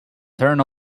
turn